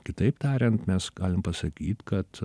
kitaip tariant mes galim pasakyt kad